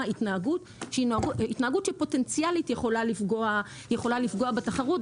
התנהגות שפוטנציאלית יכולה לפגוע בתחרות,